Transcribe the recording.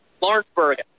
Lawrenceburg